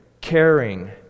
caring